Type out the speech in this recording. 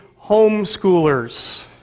homeschoolers